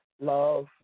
love